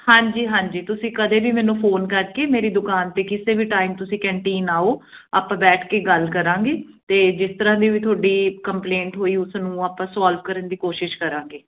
ਹਾਂਜੀ ਹਾਂਜੀ ਤੁਸੀਂ ਕਦੇ ਵੀ ਮੈਨੂੰ ਫ਼ੋਨ ਕਰਕੇ ਮੇਰੀ ਦੁਕਾਨ 'ਤੇ ਕਿਸੇ ਵੀ ਟਾਈਮ ਤੁਸੀਂ ਕੰਟੀਨ ਆਓ ਆਪਾਂ ਬੈਠ ਕੇ ਗੱਲ ਕਰਾਂਗੇ ਅਤੇ ਜਿਸ ਤਰ੍ਹਾਂ ਦੀ ਵੀ ਤੁਹਾਡੀ ਕੰਪਲੇਂਟ ਹੋਈ ਉਸ ਨੂੰ ਆਪਾਂ ਸੋਲਵ ਕਰਨ ਦੀ ਕੋਸ਼ਿਸ਼ ਕਰਾਂਗੇ